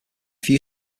few